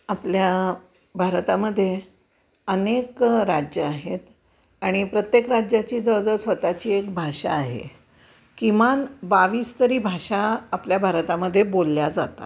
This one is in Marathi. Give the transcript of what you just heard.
आपल्या भारतामध्ये अनेक राज्यं आहेत आणि प्रत्येक राज्याची जवळजवळ स्वतःची एक भाषा आहे किमान बावीस तरी भाषा आपल्या भारतामध्ये बोलल्या जातात